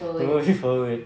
moving forward